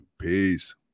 Peace